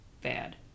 bad